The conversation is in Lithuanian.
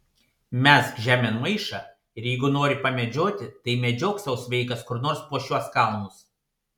mesk žemėn maišą ir jeigu nori pamedžioti tai medžiok sau sveikas kur nors po šiuos kalnus